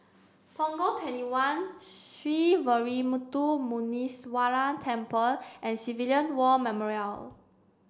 Punggol twenty one Sree Veeramuthu Muneeswaran Temple and Civilian War Memorial